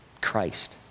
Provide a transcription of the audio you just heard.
Christ